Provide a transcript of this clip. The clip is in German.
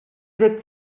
wirkt